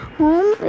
home